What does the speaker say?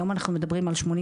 היום אנחנו מדברים על 88%,